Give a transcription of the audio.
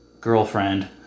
girlfriend